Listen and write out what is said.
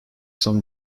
some